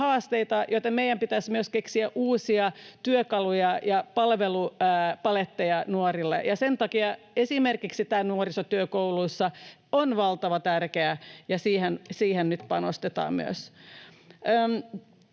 haasteita, joten meidän pitäisi myös keksiä uusia työkaluja ja palvelupaletteja nuorille. Sen takia esimerkiksi nuorisotyö kouluissa on valtavan tärkeää ja siihen nyt myös panostetaan.